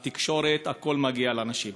התקשורת, הכול מגיע לאנשים.